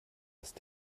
erst